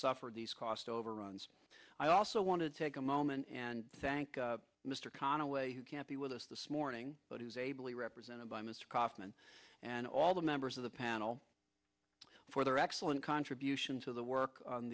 suffered these cost overruns i also want to take a moment and thank mr conaway who can't be with us this morning but he is ably represented by mr kaufman and all the members of the panel for their excellent contributions to the work on